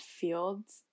fields